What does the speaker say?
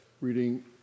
reading